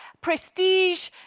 prestige